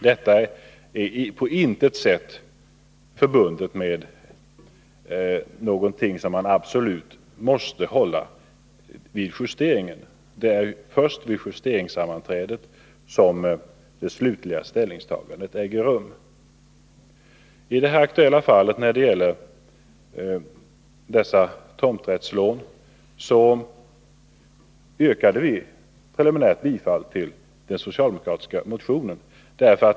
Det är på intet sätt någonting som man vid justeringen måste hålla fast vid. Det är först vid justeringssam manträdet som det slutliga ställningstagandet äger rum. I det här aktuella fallet — det gäller tomträttslånen — stödde vi preliminärt den socialdemokratiska motionen.